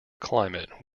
climate